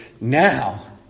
now